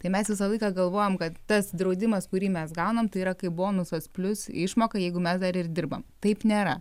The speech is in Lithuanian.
tai mes visą laiką galvojom kad tas draudimas kurį mes gaunam tai yra kaip bonusas plius išmoka jeigu mes dar ir dirbam taip nėra